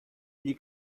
gli